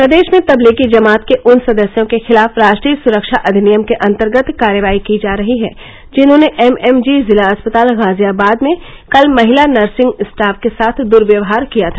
प्रदेश में तब्लीगी जमात के उन सदस्यों के खिलाफ राष्ट्रीय स्रक्षा अधिनियम के अंतर्गत कार्रवाई की जा रही है जिन्होंने एमएमजी जिला अस्पताल गाजियाबाद में कल महिला नर्सिंग स्टाफ के साथ दर्वयवहार किया था